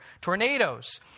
Tornadoes